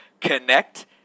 connect